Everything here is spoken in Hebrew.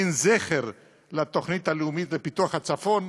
אין זכר לתוכנית הלאומית לפיתוח הצפון.